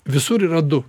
visur yra du